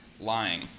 lying